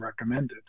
recommended